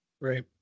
Right